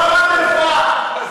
לא למדת רפואה.